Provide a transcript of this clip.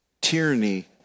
tyranny